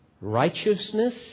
righteousness